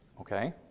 Okay